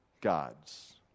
gods